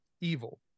evil